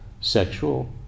sexual